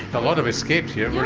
a lot have escaped here